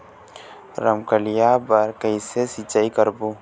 रमकलिया बर कइसे सिचाई करबो?